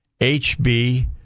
HB